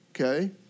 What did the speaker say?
okay